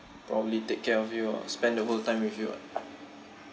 probably take care of you or spend the whole time with you [what]